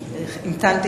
המצב,